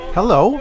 Hello